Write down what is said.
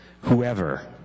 whoever